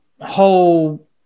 whole